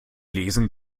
lesen